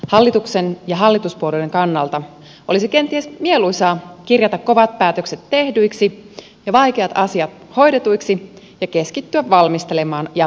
hallituksen ja hallituspuolueiden kannalta olisi kenties mieluisaa kirjata kovat päätökset tehdyiksi ja vaikeat asiat hoidetuiksi ja keskittyä valmistelemaan jatkokautta